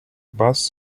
bus